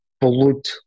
pollute